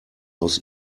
aus